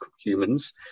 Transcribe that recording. humans